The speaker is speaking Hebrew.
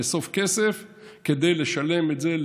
לאסוף כסף כדי לשלם על זה,